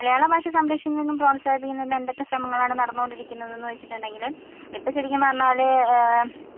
മലയാള ഭാഷ സംരക്ഷിക്കുന്നതിനും പ്രോത്സാഹിപ്പിക്കുന്നതിനും എന്തൊക്കെ ശ്രമങ്ങളാണ് നടന്നുകൊണ്ടിരിക്കുന്നതെന്ന് വെച്ചിട്ടുണ്ടെങ്കിൽ ഇപ്പം ശരിക്കും പറഞ്ഞാൽ